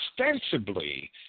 ostensibly